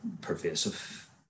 pervasive